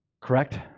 Correct